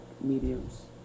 mediums